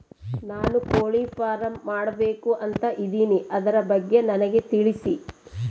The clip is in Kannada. ನಾನು ಕೋಳಿ ಫಾರಂ ಮಾಡಬೇಕು ಅಂತ ಇದಿನಿ ಅದರ ಬಗ್ಗೆ ನನಗೆ ತಿಳಿಸಿ?